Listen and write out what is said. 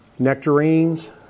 Nectarines